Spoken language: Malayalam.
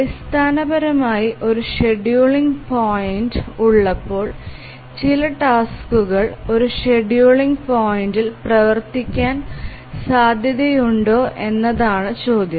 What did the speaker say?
അടിസ്ഥാനപരമായി ഒരു ഷെഡ്യൂളിംഗ് പോയിന്റ് ഉള്ളപ്പോൾ ചില ടാസ്ക്കുകൾ ഒരു ഷെഡ്യൂളിംഗ് പോയിന്റിൽ പ്രവർത്തിക്കാൻ സാധ്യതയുണ്ടോ എന്നതാണ് ചോദ്യം